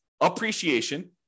appreciation